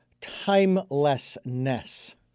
timelessness